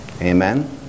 Amen